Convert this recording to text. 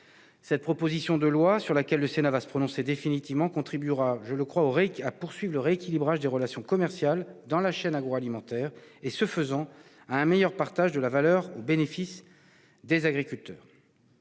Cette proposition de loi, sur laquelle le Sénat va se prononcer définitivement, contribuera à la poursuite du rééquilibrage des relations commerciales dans la chaîne agroalimentaire et, ce faisant, à un meilleur partage de la valeur au bénéfice des agriculteurs.